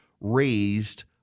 raised